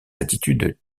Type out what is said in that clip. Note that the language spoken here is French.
attitudes